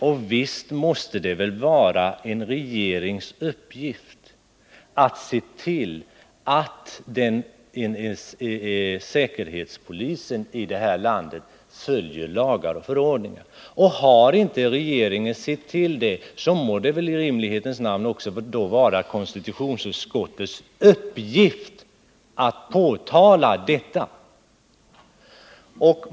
Och visst måste det väl vara en regerings uppgift att se till att säkerhetspolisen i detta land följer lagar och förordningar! Har inte regeringen sett till det, må det väl i rimlighetens namn vara konstitutionsutskottets uppgift att påtala detta.